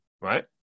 Right